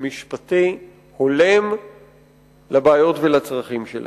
משפטי הולם לבעיות ולצרכים שלהם.